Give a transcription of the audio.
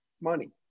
Money